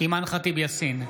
אימאן ח'טיב יאסין,